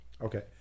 Okay